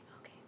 Okay